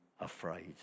afraid